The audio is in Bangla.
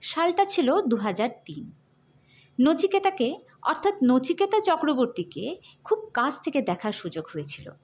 সালটা ছিল দু হাজার তিন নচিকেতাকে অর্থাৎ নচিকেতা চক্রবর্তীকে খুব কাছ থেকে দেখার সুযোগ হয়েছিল